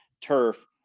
turf